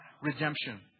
redemption